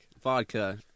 Vodka